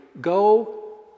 go